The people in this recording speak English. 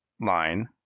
line